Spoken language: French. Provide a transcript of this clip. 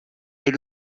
est